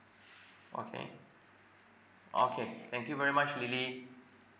okay okay thank you very much lily